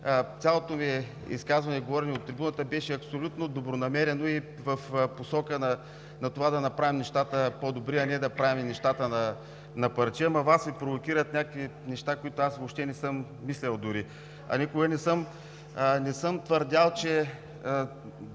цялото ми изказване и говорене от трибуната беше абсолютно добронамерено, и в посока на това да направим нещата по-добри, а не да правим нещата на парче, ама Вас Ви провокират някакви неща, които не съм мислил дори. Никога не съм твърдял, че